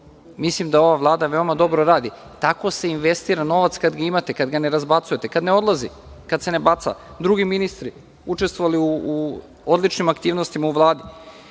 mislim da ova Vlada veoma dobro radi. Tako se investira novac kada ga imate, kada ga ne razbacujete, kada ne odlazi, kada se ne baca. Drugi ministri učestvovali u odličnim aktivnostima u Vladi. Što